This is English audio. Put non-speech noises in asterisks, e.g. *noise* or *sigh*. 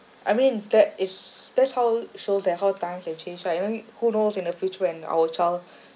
I mean that is that's how shows that how times have change right I means who knows in the future when our child *breath*